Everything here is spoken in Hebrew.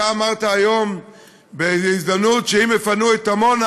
אתה אמרת היום באיזו הזדמנות שאם יפנו את עמונה,